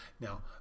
Now